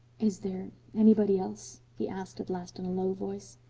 is there anybody else? he asked at last in a low voice.